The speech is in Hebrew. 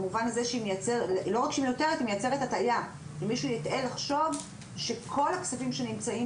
ואף מייצרת הטעיה: מישהו יכול לטעות ולחשוב שכל הכספים שנמצאים